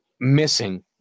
missing